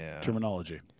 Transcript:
terminology